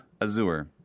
Azur